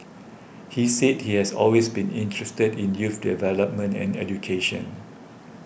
he said he has always been interested in youth development and education